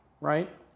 Right